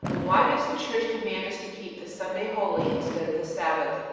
why does the church command us to keep the sunday holy instead of the sabbath?